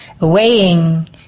weighing